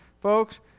folks